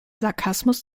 sarkasmus